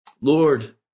Lord